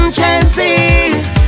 chances